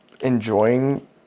enjoying